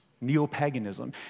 neo-paganism